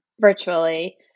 virtually